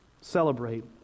celebrate